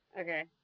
Okay